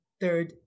third